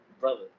brother